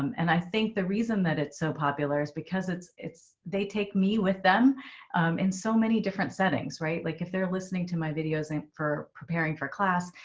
and i think the reason that it's so popular is because it's it's they take me with them in so many different settings. right. like if they're listening to my videos and for preparing for class,